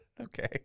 okay